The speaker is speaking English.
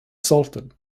salted